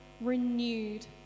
renewed